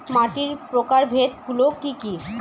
মাটির প্রকারভেদ গুলো কি কী?